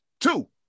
two